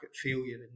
failure